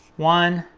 one,